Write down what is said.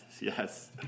yes